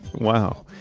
wow.